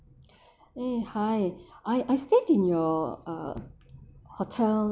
eh hi I I stayed in your uh hotel